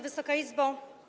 Wysoka Izbo!